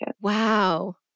Wow